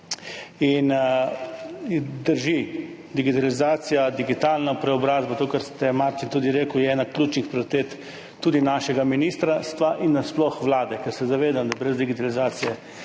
Drži, digitalizacija, digitalna preobrazba, to, o čemer ste, Martin, tudi govorili, je ena ključnih prioritet tudi našega ministrstva in nasploh Vlade. Ker se zavedamo, da brez digitalizacije